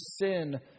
sin